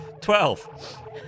Twelve